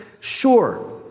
Sure